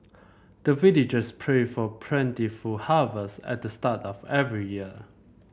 the villagers pray for plentiful harvest at the start of every year